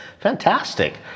Fantastic